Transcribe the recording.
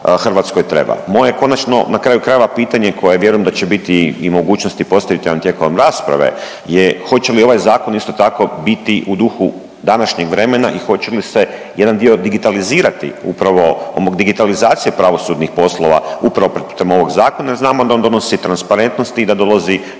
Hrvatskoj treba. Moje konačno na kraju krajeva pitanje koje vjerujem da će biti i mogućnosti postaviti vam tijekom rasprave je hoće li ovaj zakon isto tako biti u duhu današnjeg vremena i hoće li se jedan dio digitalizirati upravo digitalizacija pravosudnih poslova upravo putem ovog zakona. Znamo da on donosi transparentnost i da dolazi